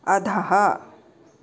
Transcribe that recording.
अधः